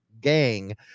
gang